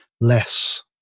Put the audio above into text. less